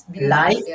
Life